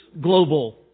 global